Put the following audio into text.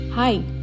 Hi